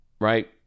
right